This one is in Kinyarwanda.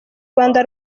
rwanda